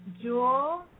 Jewel